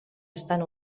estan